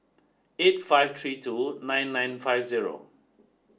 eight five three two nine nine five zero